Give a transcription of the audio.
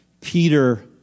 Peter